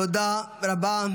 תודה רבה.